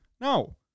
No